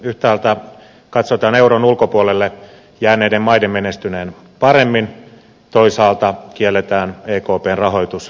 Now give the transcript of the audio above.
yhtäältä katsotaan euron ulkopuolelle jääneiden maiden menestyneen paremmin toisaalta kielletään ekpn rahoitus jäsenvaltioille